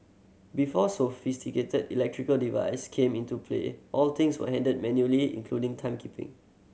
before sophisticated electrical device came into play all things were handled manually including timekeeping